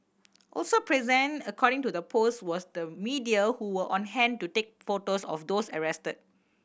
also present according to the post was the media who were on hand to take photos of those arrested